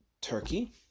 Turkey